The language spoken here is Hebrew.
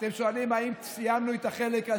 אתם שואלים: האם סיימנו את החלק?